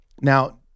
Now